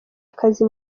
akazi